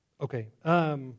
Okay